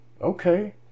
Okay